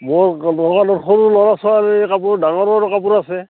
মোৰ দোকানত সৰু ল'ৰা ছোৱালীৰ কাপোৰ ডাঙৰৰ কাপোৰ আছে